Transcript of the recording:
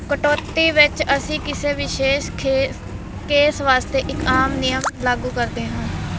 ਕਟੌਤੀ ਵਿੱਚ ਅਸੀਂ ਕਿਸੇ ਵਿਸ਼ੇਸ਼ ਖੇ ਕੇਸ ਵਾਸਤੇ ਇੱਕ ਆਮ ਨਿਯਮ ਲਾਗੂ ਕਰਦੇ ਹਾਂ